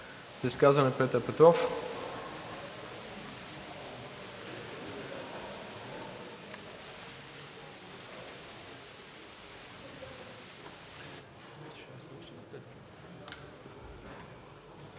изказване Петър Петров.